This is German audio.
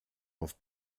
auf